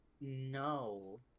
No